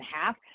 half